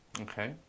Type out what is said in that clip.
Okay